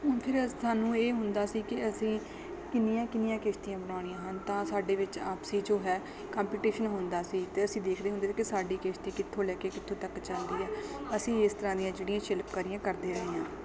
ਫਿਰ ਸਾਨੂੰ ਇਹ ਹੁੰਦਾ ਸੀ ਕਿ ਅਸੀਂ ਕਿੰਨੀਆਂ ਕਿੰਨੀਆਂ ਕਿਸ਼ਤੀਆਂ ਬਣਾਉਣੀਆਂ ਹਨ ਤਾਂ ਸਾਡੇ ਵਿੱਚ ਆਪਸੀ ਜੋ ਹੈ ਕੰਪੀਟੀਸ਼ਨ ਹੁੰਦਾ ਸੀ ਅਤੇ ਅਸੀਂ ਦੇਖਦੇ ਹੁੰਦੇ ਸੀ ਕਿ ਸਾਡੀ ਕਿਸ਼ਤੀ ਕਿੱਥੋਂ ਲੈ ਕੇ ਕਿੱਥੋਂ ਤੱਕ ਜਾਂਦੀ ਹੈ ਅਸੀਂ ਇਸ ਤਰ੍ਹਾਂ ਦੀਆਂ ਜਿਹੜੀਆਂ ਸ਼ਿਲਪਕਾਰੀਆਂ ਕਰਦੇ ਰਹੇ ਹਾਂ